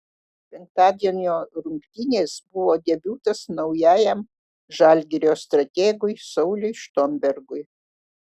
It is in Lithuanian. penktadienio rungtynės buvo debiutas naujajam žalgirio strategui sauliui štombergui